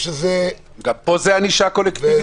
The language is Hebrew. גם פה רמזור זה ענישה קולקטיבית,